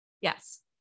Yes